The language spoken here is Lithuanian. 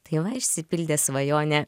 tai va išsipildė svajonė